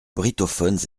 brittophones